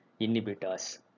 inhibitors